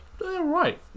right